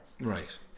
Right